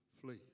flee